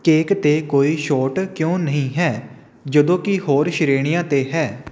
cake 'ਤੇ ਕੋਈ ਛੋਟ ਕਿਉਂ ਨਹੀਂ ਹੈ ਜਦੋਂ ਕਿ ਹੋਰ ਸ਼੍ਰੇਣੀਆਂ 'ਤੇ ਹੈ